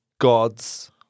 gods